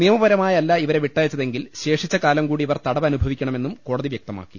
നിയമപരമായല്ല ഇവരെ വിട്ടയച്ചതെങ്കിൽ ശേഷിച്ചകാലം കൂടി ഇവർ തടവ് അനുഭവിക്കണമെന്നും കോടതി വ്യക്തമാക്കി